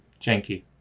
Janky